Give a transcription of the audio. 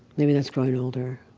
maybe that's growing older.